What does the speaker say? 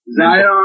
Zion